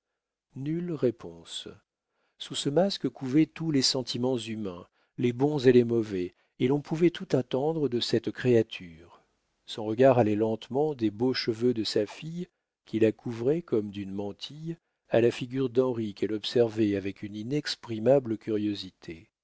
nulle réponse sous ce masque couvaient tous les sentiments humains les bons et les mauvais et l'on pouvait tout attendre de cette créature son regard allait lentement des beaux cheveux de sa fille qui la couvraient comme d'une mantille à la figure d'henri qu'elle observait avec une inexprimable curiosité